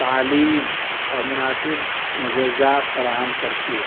تعلیم اور مناسب غذا فراہم کرتی ہے